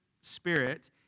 spirit